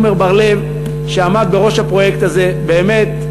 עמר בר-לב, שעמד מאחורי הפרויקט הזה, באמת,